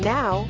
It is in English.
Now